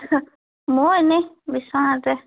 মই এনেই বিছনাতে